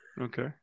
Okay